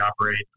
operate